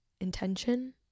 intention